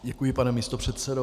Děkuji, pane místopředsedo.